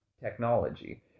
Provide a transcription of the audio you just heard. technology